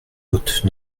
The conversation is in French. haute